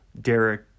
Derek